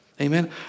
Amen